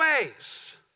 ways